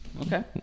Okay